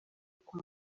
kwa